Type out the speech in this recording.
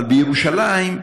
אבל בירושלים,